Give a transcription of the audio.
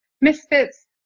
misfits